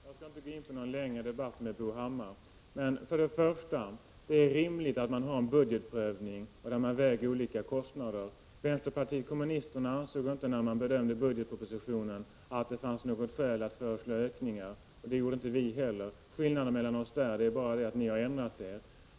Herr talman! Jag skall inte gå in på någon längre debatt med Bo Hammar. Men jag vill för det första säga att det är rimligt att man har en budgetprövning där man väger olika kostnader mot varandra. Vänsterpartiet kommunisterna ansåg inte vid sin bedömning av budgetpropositionen att det fanns något skäl att föreslå ökningar. Det gjorde inte heller vi. Skillnaden mellan oss på den punkten är bara att ni har ändrat er.